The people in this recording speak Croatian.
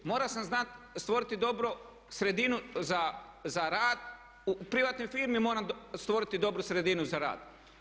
Morao sam stvoriti dobro sredinu za rad, u privatnoj firmi moram stvoriti dobru sredinu za rad.